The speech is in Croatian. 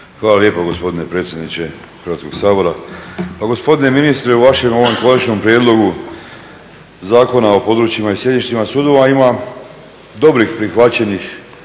Hvala lijepo gospodine predsjedniče Hrvatskog sabora. Pa gospodine ministre, u vašem ovom klasičnom prijedlogu Zakona o područjima i sjedištima sudova ima dobrih prihvaćenih